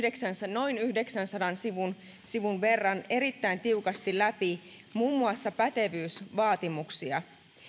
noin yhdeksänsadan sivun verran erittäin tiukasti läpi muun muassa pätevyysvaatimuksia